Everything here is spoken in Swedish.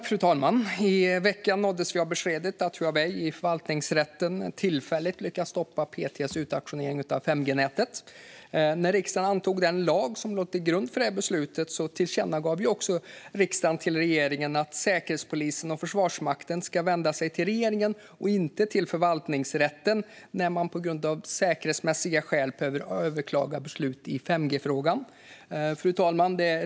Fru talman! I veckan nåddes vi av beskedet att Huawei i förvaltningsrätten tillfälligt har lyckats stoppa PTS utauktionering av 5G-nätet. När riksdagen antog den lag som låg till grund för PTS beslut tillkännagav riksdagen också för regeringen att Säkerhetspolisen och Försvarsmakten ska vända sig till regeringen och inte till förvaltningsrätten när man av säkerhetsmässiga skäl behöver överklaga beslut i 5G-frågan. Fru talman!